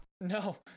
No